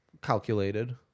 calculated